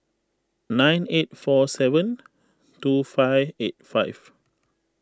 nine eight four seven two five eight five